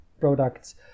products